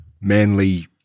manly